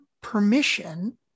permission